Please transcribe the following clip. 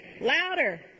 Louder